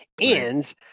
And-